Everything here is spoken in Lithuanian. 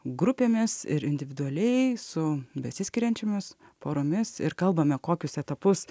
grupėmis ir individualiai su besiskiriančiomis poromis ir kalbame kokius etapus